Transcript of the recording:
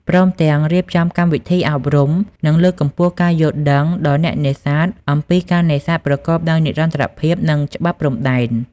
ព្រមទាំងរៀបចំកម្មវិធីអប់រំ និងលើកកម្ពស់ការយល់ដឹងដល់អ្នកនេសាទអំពីការនេសាទប្រកបដោយនិរន្តរភាព និងច្បាប់ព្រំដែន។